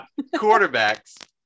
quarterbacks